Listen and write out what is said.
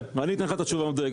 אני אתן לך את התשובה מדויקת.